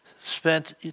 spent